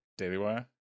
dailywire